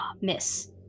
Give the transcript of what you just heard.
Miss